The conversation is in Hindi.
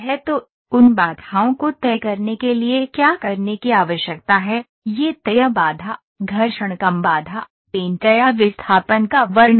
तो उन बाधाओं को तय करने के लिए क्या करने की आवश्यकता है यह तय बाधा घर्षण कम बाधा पेंट या विस्थापन का वर्णन है